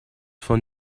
von